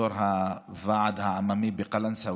יו"ר הוועד העממי בקלנסווה,